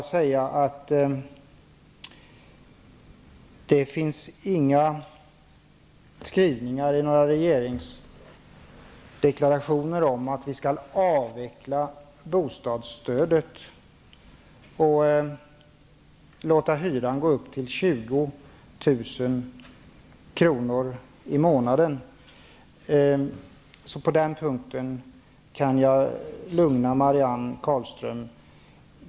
Det finns inga regeringsdeklarationer om att bostadsstödet skall avvecklas och att vi skall låta hyrorna gå upp till 20 000 kr i månaden, så på den punkten kan jag lugna Marianne Carlström.